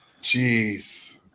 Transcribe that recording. Jeez